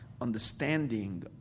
understanding